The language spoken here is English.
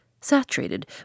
saturated